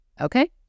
Okay